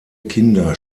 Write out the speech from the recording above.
kinder